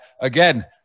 again